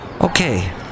Okay